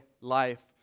life